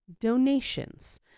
donations